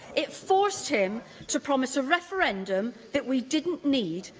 it forced him to promise a referendum that we didn't need,